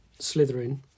Slytherin